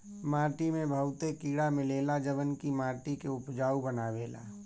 माटी में बहुते कीड़ा मिलेला जवन की माटी के उपजाऊ बनावेला